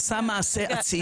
אוקיי.